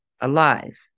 alive